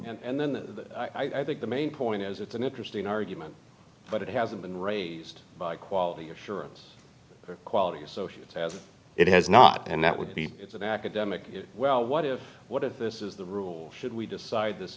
going and then the i think the main point is it's an interesting argument but it hasn't been raised by quality assurance or quality associates has it has not and that would be it's an academic well what if what if this is the rule should we decide this